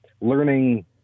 learning